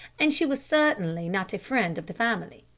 and she was certainly not a friend of the family.